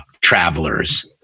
travelers